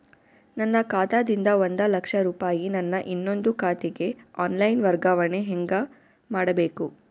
ನನ್ನ ಖಾತಾ ದಿಂದ ಒಂದ ಲಕ್ಷ ರೂಪಾಯಿ ನನ್ನ ಇನ್ನೊಂದು ಖಾತೆಗೆ ಆನ್ ಲೈನ್ ವರ್ಗಾವಣೆ ಹೆಂಗ ಮಾಡಬೇಕು?